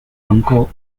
uncle